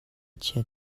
chiat